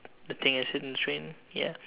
the thing I said in train ya